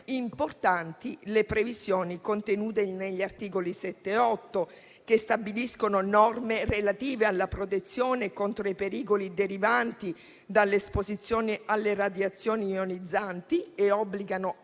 Importanti sono le previsioni contenute negli articoli 7 e 8, che stabiliscono norme relative alla protezione contro i pericoli derivanti dall'esposizione alle radiazioni ionizzanti e obbligano